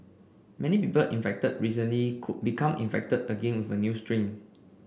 many people infected recently could become infected again with a new strain